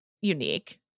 unique